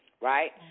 Right